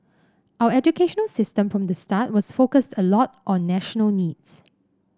our educational system from the start was focused a lot on national needs